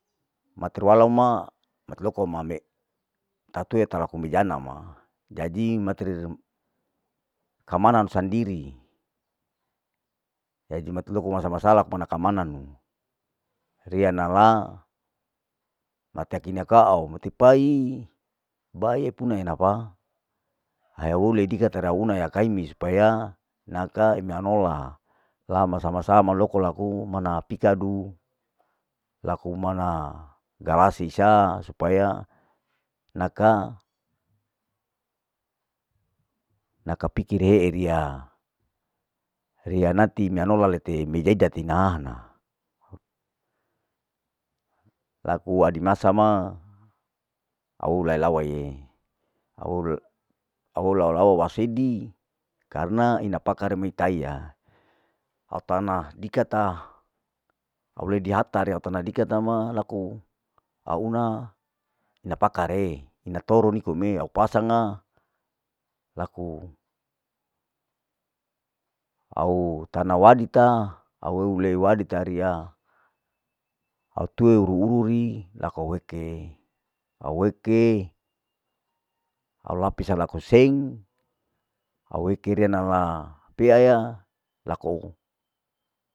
Matir walau ma mati loko mame, tatue talaku mejanau ma, jadi matir kamana sandiri, jadi mati loko masa masala pana kamanu, riya nala matekina kaau baipuna enapa, heule dikata ai una ya kaimi supaya naka ina nola, lama sama sama loko laku mana pikadu, laku mana galasi saa supaya naka, naka pikire hee riya nati menola lete meja tihinana, laku adi masa ma au lalawae, au lalawa seidi karna ina pakaremi taiya, au tana dikata, au ledi hatarea, au tana dikata ma au una ina pakarei, ina toro nikome, au pasang laku au tana wadika au eu wadi tariya, au teuri ururi awe kei, awe kei au lapisa laku seng au wekede nala iyaya laku.